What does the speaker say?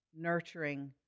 nurturing